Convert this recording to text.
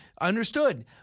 understood